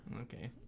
Okay